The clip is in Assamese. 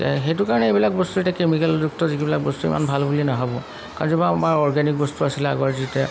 এতিয়া সেইটো কাৰণে এইবিলাক বস্তু এতিয়া কেমিকেলযুক্ত যিবিলাক বস্তু ইমান ভাল বুলি নাভাবোঁ কাৰণ যিবিলাক আমাৰ অৰ্গেনিক বস্তু আছিলে আগৰ যিটো